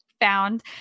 found